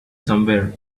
somewhere